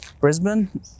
Brisbane